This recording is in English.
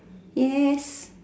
yes